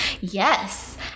Yes